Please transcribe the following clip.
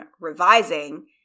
revising